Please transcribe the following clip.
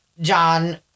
John